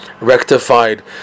rectified